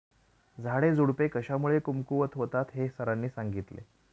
झाडेझुडपे कशामुळे कमकुवत होतात हे सरांनी सांगितले